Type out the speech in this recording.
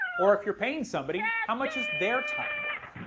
or if you're paying somebody, how much is their time worth?